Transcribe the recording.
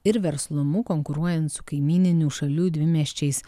ir verslumu konkuruojant su kaimyninių šalių dvimiesčiais